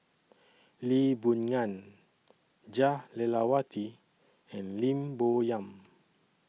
Lee Boon Ngan Jah Lelawati and Lim Bo Yam